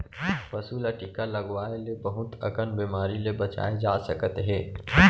पसू ल टीका लगवाए ले बहुत अकन बेमारी ले बचाए जा सकत हे